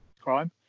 crime